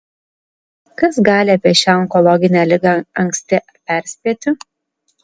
kas gali apie šią onkologinę ligą anksti perspėti